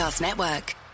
Network